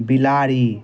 बिलाड़ि